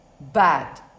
bad